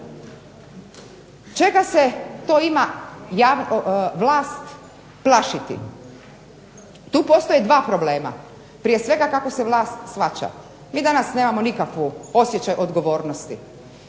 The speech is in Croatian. Čega se to ima vlast plašiti? Tu postoje dva problema. Prije svega kako se vlast shvaća. Mi danas nemamo nikakvu osjećaj odgovornosti.